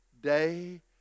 day